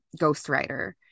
ghostwriter